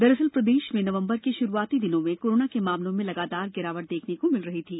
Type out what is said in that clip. दरअसल प्रदेश में नवम्बर के शुरुआती दिनों में कोरोना के मामलों में लगातार गिरावट देखने को मिल रही थी